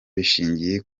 bishingiye